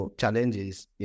challenges